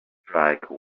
strike